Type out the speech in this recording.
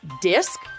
disc